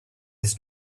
his